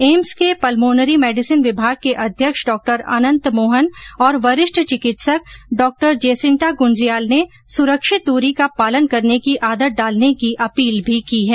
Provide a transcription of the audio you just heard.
AIIMS के pulmonary medicine विभाग के अध्यक्ष डॉ अनंत मोहन और वरिष्ठ चिकित्सक डॉ जेसिन्टा गुंजियाल ने सुरक्षित दूरी का पालन करने की आदत डालने की अपील भी की है